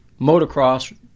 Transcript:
motocross